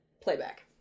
Playback